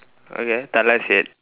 okay thala said